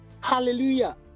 Hallelujah